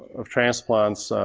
of transplants,